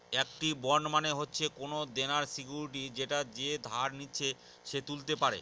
একটি বন্ড মানে হচ্ছে কোনো দেনার সিকুইরিটি যেটা যে ধার নিচ্ছে সে তুলতে পারে